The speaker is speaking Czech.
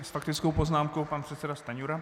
S faktickou poznámkou pan předseda Stanjura.